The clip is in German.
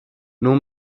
nur